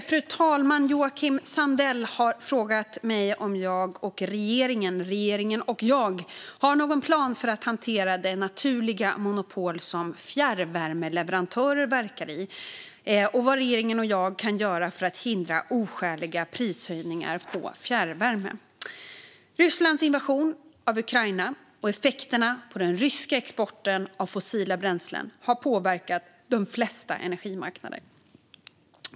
Fru talman! Joakim Sandell har frågat mig om regeringen och jag har någon plan för att hantera det naturliga monopol som fjärrvärmeleverantörer verkar i och vad regeringen och jag kan göra för att hindra oskäliga prishöjningar på fjärrvärme. Rysslands invasion av Ukraina och effekterna på den ryska exporten av fossila bränslen har påverkat de flesta energimarknader.